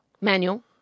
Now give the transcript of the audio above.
Manual